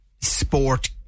sport